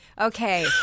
Okay